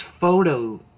photo